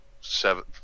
seven